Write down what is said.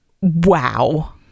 wow